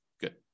Good